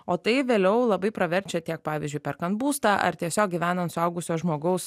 o tai vėliau labai praverčia tiek pavyzdžiui perkant būstą ar tiesiog gyvenant suaugusio žmogaus